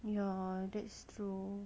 ya that's true